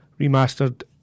remastered